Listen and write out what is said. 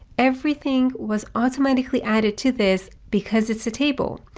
everything was automatically added to this because it's a table.